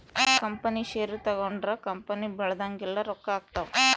company share ತಗೊಂಡ್ರ company ಬೆಳ್ದಂಗೆಲ್ಲ ರೊಕ್ಕ ಆಗ್ತವ್